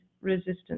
resistance